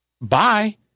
bye